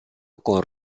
con